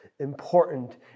important